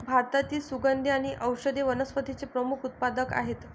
भारतातील सुगंधी आणि औषधी वनस्पतींचे प्रमुख उत्पादक आहेत